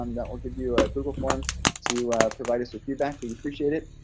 um that will give you a google form to provide us with feedback. we appreciate it.